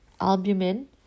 albumin